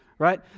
Right